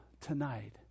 tonight